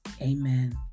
Amen